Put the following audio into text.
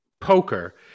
poker